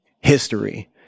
history